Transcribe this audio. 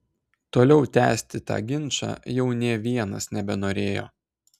toliau tęsti tą ginčą jau nė vienas nebenorėjo